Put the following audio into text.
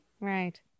right